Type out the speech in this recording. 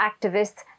activists